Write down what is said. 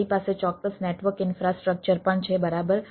મારી પાસે ચોક્કસ નેટવર્ક ઈન્ફ્રાસ્ટ્રક્ચર પણ છે બરાબર